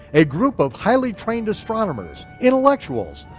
a group of highly trained astronomers, intellectuals,